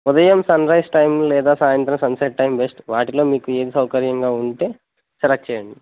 ఉదయం sunrise time లేదా సాయంత్రం సన్సెట్ టైం బెస్ట్ వాటిలో మీకు ఏది సౌకర్యంగా ఉంటే సెలెక్ట్ చేయండి